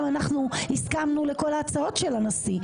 גם אנחנו הסכמנו לכל ההצעות של הנשיא,